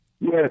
Yes